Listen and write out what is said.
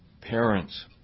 parents